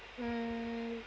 mm